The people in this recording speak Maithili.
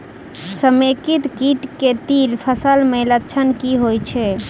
समेकित कीट केँ तिल फसल मे लक्षण की होइ छै?